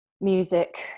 music